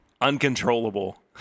uncontrollable